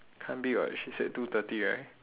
can't be [what] she said two thirty right